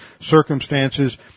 circumstances